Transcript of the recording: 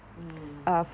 mmhmm